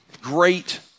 great